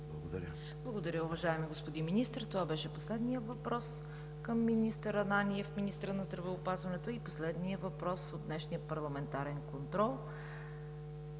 КАРАЯНЧЕВА: Благодаря, уважаеми господин Министър. Това беше последният въпрос към министър Ананиев – министърът на здравеопазването, и последният въпрос от днешния парламентарен контрол.